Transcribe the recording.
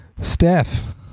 Steph